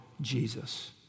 Jesus